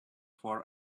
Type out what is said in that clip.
for